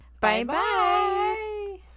Bye-bye